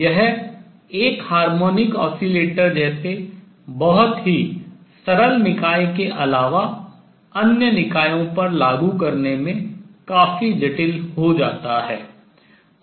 यह एक harmonic oscillator जैसे बहुत ही सरल निकाय के अलावा अन्य निकायों पर लागू करने में काफी जटिल हो जाता है